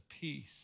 peace